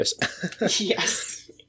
Yes